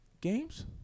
Games